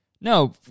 no